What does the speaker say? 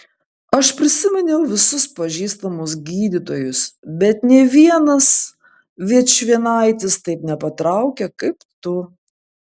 aš prisiminiau visus pažįstamus gydytojus bet nė vienas vičvienaitis taip nepatraukia kaip tu